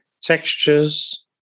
textures